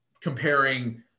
comparing